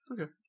Okay